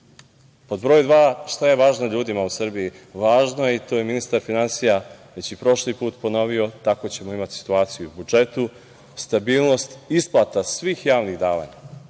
broj dva - šta je važno ljudima u Srbiji? Važno je, i to je ministar finansija već i prošli put ponovio, takvu ćemo imati situaciju i u budžetu, stabilnost i isplata svih javnih davanja.